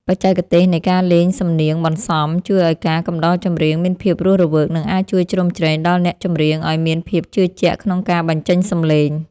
បច្ចេកទេសនៃការលេងសំនៀងបន្សំជួយឱ្យការកំដរចម្រៀងមានភាពរស់រវើក និងអាចជួយជ្រោមជ្រែងដល់អ្នកចម្រៀងឱ្យមានភាពជឿជាក់ក្នុងការបញ្ចេញសម្លេង។